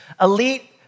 elite